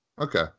Okay